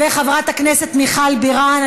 וחברת הכנסת מיכל בירן,